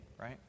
right